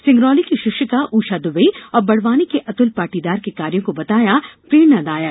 सिंगरौली की शिक्षिका ऊषा दुबे और बड़वानी के अतुल पाटीदार के कार्यों को बताया प्रेरणादायक